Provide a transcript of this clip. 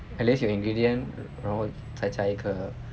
unless you ingredient 然后再加一个